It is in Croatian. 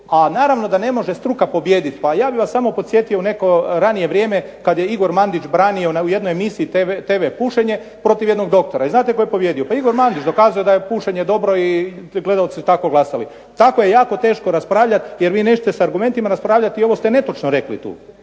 a naravno da ne može struka pobijediti. Pa ja bih vas samo podsjetio u neko ranije vrijeme kad je Igor Mandić branio u jednom emisiji tv pušenje protiv jednog doktora. I znate tko je pobijedio? Pa Igor Mandić. Dokazao je da je pušenje dobro i gledaoci su tako glasali. Tako je jako teško raspravljati jer vi nećete sa argumenti raspravljati i ovo ste netočno rekli tu.